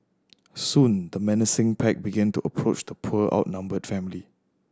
soon the menacing pack began to approach the poor outnumbered family